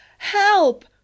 Help